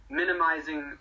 minimizing